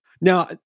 Now